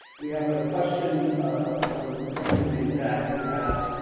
we have a question from a gentleman named zach who asks,